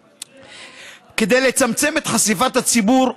כדי לצמצם את חשיפת הציבור,